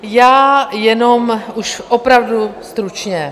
Já jenom už opravdu stručně.